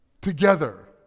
together